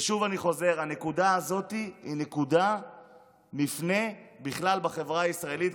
ושוב אני חוזר: הנקודה הזאת היא נקודת מפנה בכלל בחברה הישראלית,